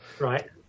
Right